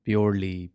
Purely